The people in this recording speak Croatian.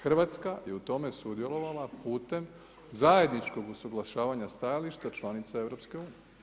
Hrvatska je u tome sudjelovala putem zajedničkog usuglašavanja stajališta članica EU.